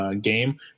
game